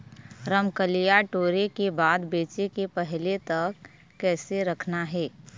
रमकलिया टोरे के बाद बेंचे के पहले तक कइसे रखना हे?